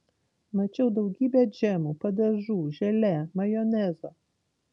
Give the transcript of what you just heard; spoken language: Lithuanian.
mačiau daugybę džemų padažų želė majonezo